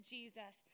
Jesus